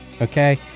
Okay